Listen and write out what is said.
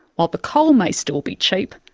while the coal may still be cheap,